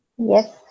Yes